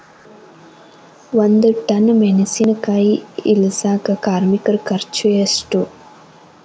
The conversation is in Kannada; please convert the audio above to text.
ಒಂದ್ ಟನ್ ಮೆಣಿಸಿನಕಾಯಿ ಇಳಸಾಕ್ ಕಾರ್ಮಿಕರ ಖರ್ಚು ಎಷ್ಟು?